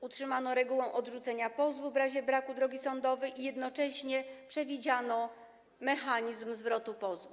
Utrzymano regułę odrzucenia pozwu w razie braku drogi sądowej i jednocześnie przewidziano mechanizm zwrotu pozwu.